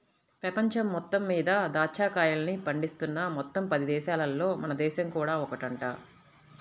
పెపంచం మొత్తం మీద దాచ్చా కాయల్ని పండిస్తున్న మొత్తం పది దేశాలల్లో మన దేశం కూడా ఒకటంట